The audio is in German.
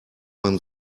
man